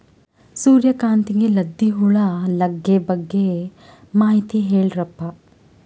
ಸೂರ್ಯಕಾಂತಿಗೆ ಲದ್ದಿ ಹುಳ ಲಗ್ಗೆ ಬಗ್ಗೆ ಮಾಹಿತಿ ಹೇಳರಪ್ಪ?